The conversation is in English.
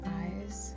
eyes